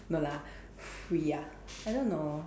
no lah free ah I don't know